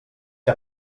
que